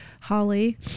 Holly